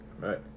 right